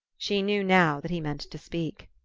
she knew now that he meant to speak.